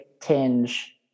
tinge